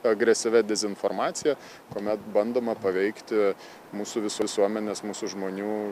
agresyvia dezinformacija kuomet bandoma paveikti mūsų vis visuomenės mūsų žmonių